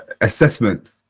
assessment